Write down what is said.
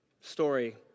story